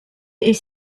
est